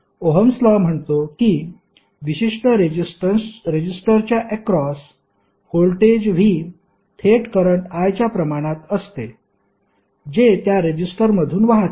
ohms law म्हणतो की विशिष्ट रेझिस्टरच्या अक्रॉस व्होल्टेज V थेट करंट I च्या प्रमाणात असते जे त्या रेझिस्टरमधून वाहते